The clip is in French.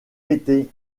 été